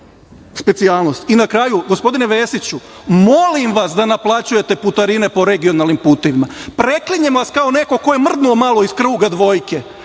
kraju, gospodine Vesiću, molim vas da naplaćujete putarine po regionalnim putevima. Preklinjem vas kao neko ko je mrdnuo malo iz kruga dvojke